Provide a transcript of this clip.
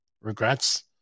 regrets